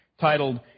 titled